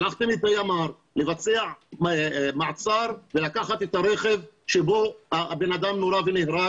שלחתם את הימ"ר לבצע מעצר ולקחת את הרכב שבו האדם נורה ונהרג.